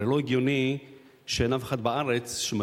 הרי לא הגיוני שאין בארץ אף אחד מיוצאי עדות